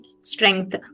strength